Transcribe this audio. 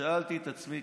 שאלתי את עצמי,